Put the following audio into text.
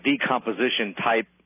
decomposition-type